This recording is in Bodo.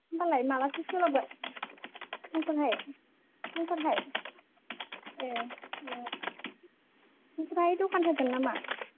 होमबालाय माब्लाथो सोलाबो समफोरहाय समफोरहाय ए दे ओमफ्राय दखान होदों नामा